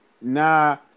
Nah